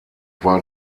war